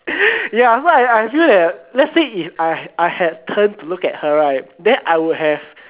ya so I I feel that let's say if I I had turned to look at her right then I would have